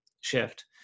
shift